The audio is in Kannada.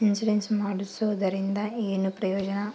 ಇನ್ಸುರೆನ್ಸ್ ಮಾಡ್ಸೋದರಿಂದ ಏನು ಪ್ರಯೋಜನ?